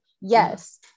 Yes